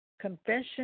confession